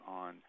on